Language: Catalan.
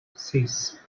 sis